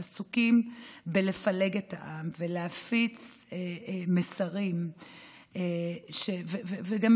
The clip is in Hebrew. עסוקים בלפלג העם ולהפיץ מסרים וגם